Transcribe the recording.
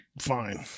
fine